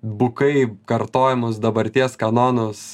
bukai kartojamus dabarties kanonus